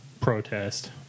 protest